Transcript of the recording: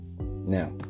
Now